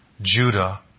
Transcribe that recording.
Judah